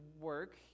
work